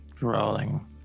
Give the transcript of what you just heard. rolling